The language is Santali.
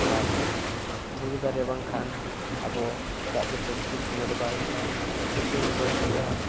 ᱟᱨ ᱵᱩᱨᱩ ᱫᱟᱨᱮ ᱵᱟᱝᱠᱷᱟᱱ ᱟᱵᱚ ᱫᱟᱜ ᱡᱟᱹᱯᱩᱫ ᱴᱷᱤᱠ ᱥᱚᱢᱚᱭ ᱨᱮ ᱵᱟᱭ ᱦᱩᱭᱩᱜᱼᱟ ᱥᱤᱛᱩᱝ ᱵᱟᱹᱲᱛᱤᱜᱼᱟ